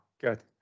Good